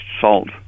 salt